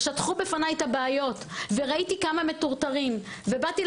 ושטחו בפניי את הבעיות וראיתי כמה מטורטרים ובאתי